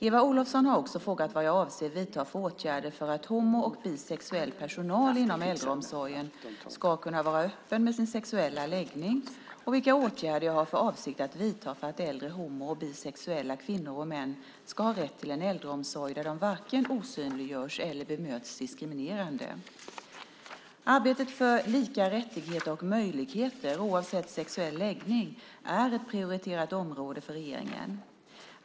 Eva Olofsson har också frågat vad jag avser att vidta för åtgärder för att homo och bisexuell personal inom äldreomsorgen ska kunna vara öppen med sin sexuella läggning och vilka åtgärder jag har för avsikt att vidta för att äldre homo och bisexuella kvinnor och män ska ha rätt till en äldreomsorg där de varken osynliggörs eller bemöts diskriminerande. Arbetet för lika rättigheter och möjligheter oavsett sexuell läggning är ett prioriterat område för regeringen.